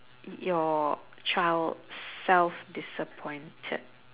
y~ your child self disappointed